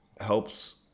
helps